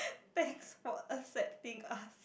thanks for accepting us